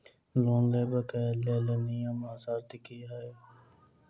Loan लेबऽ कऽ लेल नियम आ शर्त की सब छई?